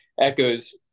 echoes